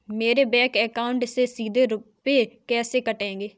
मेरे bank account से सीधे रुपए कैसे कटेंगे?